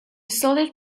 solid